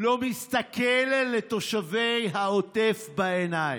לא מסתכל לתושבי העוטף בעיניים.